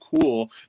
cool